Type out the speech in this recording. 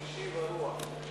אדוני היושב-ראש,